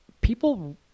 people